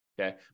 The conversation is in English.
Okay